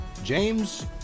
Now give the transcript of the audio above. James